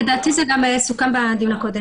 לדעתי זה גם סוכם בדיון הקודם.